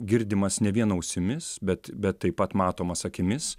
girdimas ne vien ausimis bet bet taip pat matomas akimis